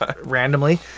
randomly